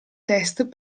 test